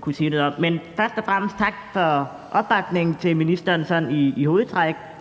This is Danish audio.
kunne sige noget om. Men først og fremmest tak til ministeren for opbakningen til sådan i hovedtræk